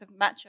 matchup